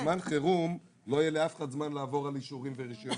בזמן חירום לא יהיה לאף אחד זמן לעבור על אישורים ורישיונות.